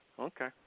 Okay